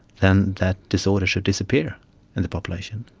then that disorder should disappear in the population.